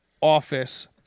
office